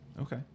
Okay